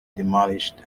demolished